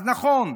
אז נכון,